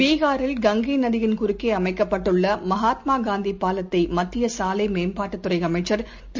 பிகாரில் கங்கைநதியின் குறுக்கேஅமைக்கப்பட்டுள்ளமகாத்மாகாந்திபாலத்தைமத்தியசாலைமேம்பாட்டுத் துறைஅமைச்சர் திரு